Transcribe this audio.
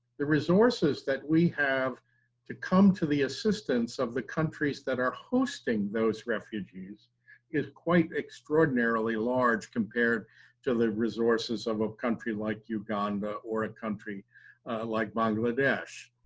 the resources that we have to come to the assistance of the countries that are hosting those refugees is quite extraordinarily large compared to the resources of a country like uganda, or a country like bangladesh,